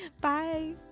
Bye